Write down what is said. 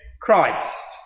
Christ